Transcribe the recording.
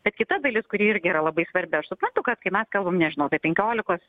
bet kita dalis kuri irgi yra labai svarbi aš suprantu kad kai mes kalbam nežinau apie penkiolikos